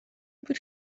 بود